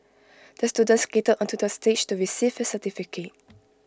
the student skated onto the stage to receive his certificate